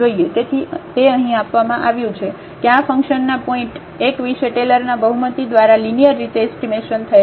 તેથી તે અહીં આપવામાં આવ્યું છે કે આ ફંકશન આ પોઇન્ટ 1 વિશે ટેલરના બહુમતી દ્વારા લીનીઅર રીતે એસ્ટીમેશન થયેલ છે